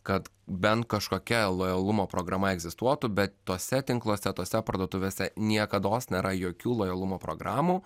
kad bent kažkokia lojalumo programa egzistuotų bet tuose tinkluose tose parduotuvėse niekados nėra jokių lojalumo programų